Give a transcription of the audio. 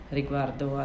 riguardo